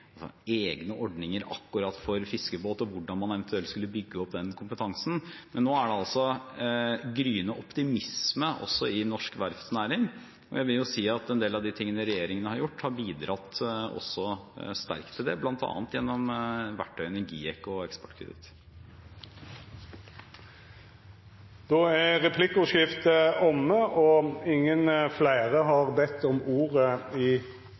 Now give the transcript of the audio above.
egne ordninger for akkurat fiskebåter, og hvordan man eventuelt skulle bygge opp den kompetansen, men nå er det en gryende optimisme i norsk verftsnæring, og jeg vil si at en del av de tingene regjeringen har gjort, har bidratt sterkt til det, bl.a. gjennom verktøyene GIEK og Eksportkreditt. Replikkordskiftet er omme. Fleire har ikkje bedt om ordet til sak nr. 10. Saken om Norges fiskeriavtaler for 2018 og fisket etter avtalene i